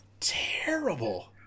terrible